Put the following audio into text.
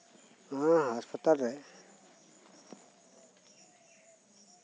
ᱱᱚᱶᱟ ᱦᱟᱥᱯᱟᱛᱟᱞ ᱨᱮ